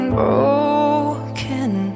broken